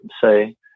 say